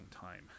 time